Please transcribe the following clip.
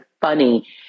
funny